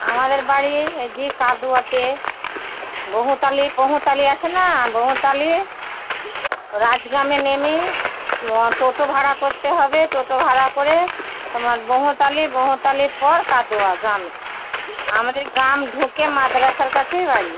আমাদের বাড়ি এই জি কাদোয়াতে বোহোতালি বোহোতালি আছে না বোহোতালি রাজগ্রামে নেমে টোটো ভাড়া করতে হবে টোটো ভাড়া করে তোমার বোহোতালি বোহোতালির পর কাটোয়া গ্রামে আমাদের গ্রাম ঢুকে মাদ্রাসার কাছে বাড়ি